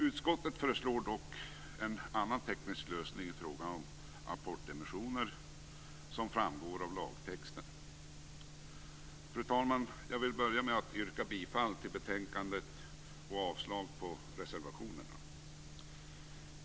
Utskottet föreslår dock en annan teknisk lösning i frågan om apportemissioner, som framgår av lagtexten. Fru talman! Jag vill börja med att yrka bifall till hemställan i betänkandet och avslag på reservationerna.